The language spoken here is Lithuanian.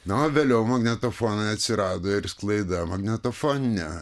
na o vėliau magnetofonai atsirado ir sklaida magnetofoninė